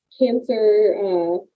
cancer